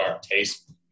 taste